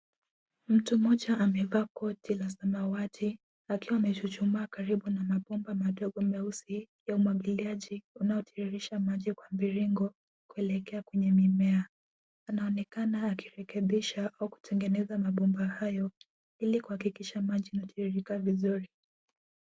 Mtu mmoja amevaa koti la samawati akiwa amechuchumaa karibu na mabomba madogo meusi ya umwagiliaji unaotiririsha maji kwa mviringo kuelekea kwenye mimea. Anaonekana akirekebisha au kutengeneza mabomba hayo ili kuhakikisha maji yanatiririka vizuri.